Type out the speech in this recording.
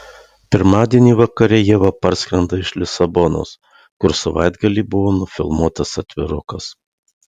pirmadienį vakare ieva parskrenda iš lisabonos kur savaitgalį buvo nufilmuotas atvirukas